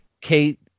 Kate